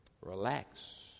Relax